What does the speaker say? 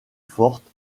forte